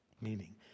meaning